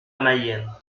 mayenne